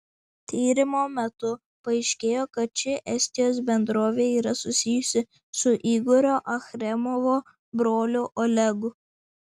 tyrimo metu paaiškėjo kad ši estijos bendrovė yra susijusi su igorio achremovo broliu olegu